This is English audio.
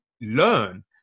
learn